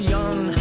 Young